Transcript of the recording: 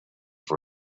for